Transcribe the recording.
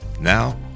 Now